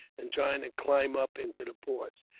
and trying to climb up into the ports.